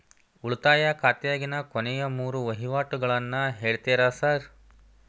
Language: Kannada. ಉಳಿತಾಯ ಖಾತ್ಯಾಗಿನ ಕೊನೆಯ ಮೂರು ವಹಿವಾಟುಗಳನ್ನ ಹೇಳ್ತೇರ ಸಾರ್?